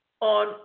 on